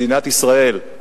מדינת ישראל,